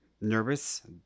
nervous